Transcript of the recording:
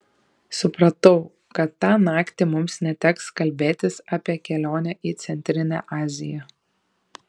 supratau kad tą naktį mums neteks kalbėtis apie kelionę į centrinę aziją